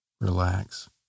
Relax